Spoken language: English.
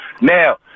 Now